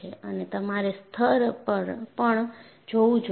અને તમારે સ્તર પણ જોવું જોઈએ